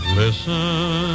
listen